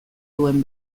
duen